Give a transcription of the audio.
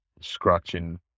scratching